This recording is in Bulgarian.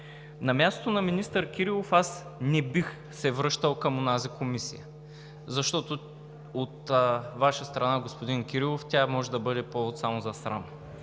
На мястото на министър Кирилов аз не бих се връщал към онази комисия, защото от Ваша страна, господин Кирилов, тя е, може да бъде повод само за срам.